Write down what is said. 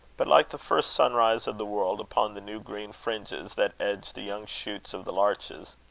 but like the first sunrise of the world upon the new green fringes that edged the young shoots of the larches.